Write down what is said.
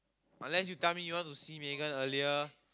unless you tell me you want to see Megan earlier